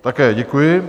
Také děkuji.